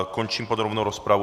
Končím podrobnou rozpravu.